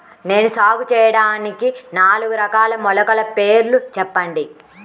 నేను సాగు చేయటానికి నాలుగు రకాల మొలకల పేర్లు చెప్పండి?